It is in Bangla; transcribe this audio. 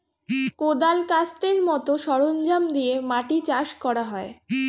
কোদাল, কাস্তের মত সরঞ্জাম দিয়ে মাটি চাষ করা হয়